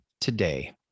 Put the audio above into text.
today